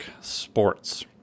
sports